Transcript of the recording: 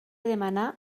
demanà